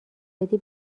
بدی